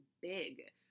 big